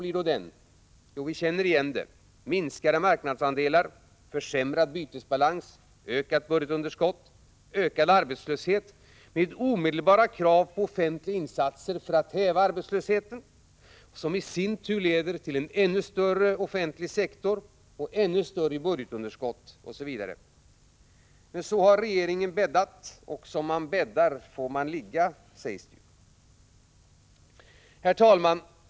Ja, vi känner igen den: minskade marknadsandelar, försämrad bytesbalans, ökat budgetunderskott, ökad arbetslöshet med omedelbara krav på offentliga insatser för att häva arbetslösheten, som i sin tur leder till en ännu större offentlig sektor, ännu större budgetunderskott osv. Så har regeringen bäddat, och som man bäddar får man ligga, sägs det. Herr talman!